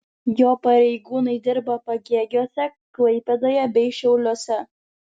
jo pareigūnai dirba pagėgiuose klaipėdoje bei šiauliuose